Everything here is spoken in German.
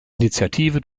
initiative